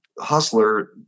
hustler